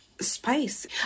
spice